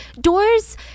Doors